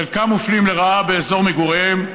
חלקם מופלים לרעה באזור מגוריהם,